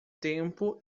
tempo